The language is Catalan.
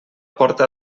porta